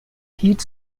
heat